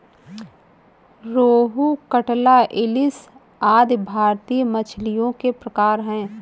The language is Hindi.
रोहू, कटला, इलिस आदि भारतीय मछलियों के प्रकार है